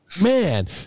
man